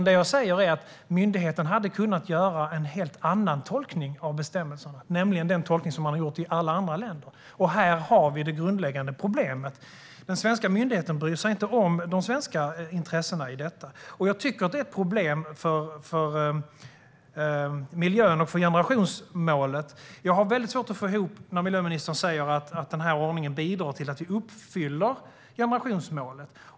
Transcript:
Det jag säger är i stället att myndigheten hade kunnat göra en helt annan tolkning av bestämmelserna, nämligen den tolkning som man har gjort i alla andra länder. Här har vi det grundläggande problemet. Den svenska myndigheten bryr sig inte om de svenska intressena i detta. Jag tycker att det är ett problem för miljön och för generationsmålet. Jag har svårt att få ihop det hela när miljöministern säger att denna ordning bidrar till att vi uppfyller generationsmålet.